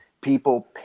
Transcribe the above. people